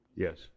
Yes